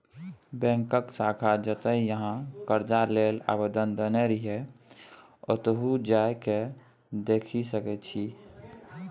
बैकक शाखा जतय अहाँ करजा लेल आवेदन देने रहिये ओतहु जा केँ देखि सकै छी